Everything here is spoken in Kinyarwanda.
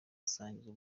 basangiye